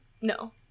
no